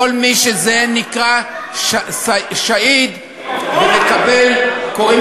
מי מחנך את הילדים שלו ככה?